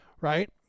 right